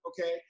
Okay